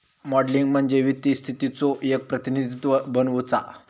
modelling म्हणजे वित्तीय स्थितीचो एक प्रतिनिधित्व बनवुचा